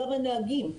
גם הנהגים.